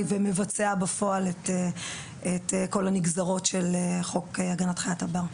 ומבצע בפועל את כל הנגזרות של חוק הגנת חיית הבר.